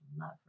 love